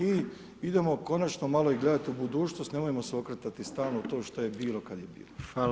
I idemo konačno malo i gledati u budućnost, nemojmo se okretati stalno to što je bilo, kad je bilo.